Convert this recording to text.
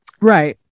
Right